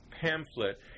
pamphlet